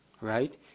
right